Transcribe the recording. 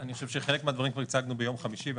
אני חושב שחלק מהדברים כבר הצגנו ביום חמישי,